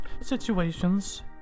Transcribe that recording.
situations